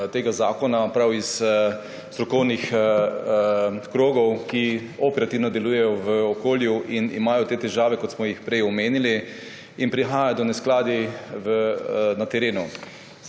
tega zakona prav iz strokovnih krogov, ki operativno delujejo v okolju in imajo te težave, kot smo jih prej omenili, in prihaja do neskladij na terenu.